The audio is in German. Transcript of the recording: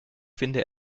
finde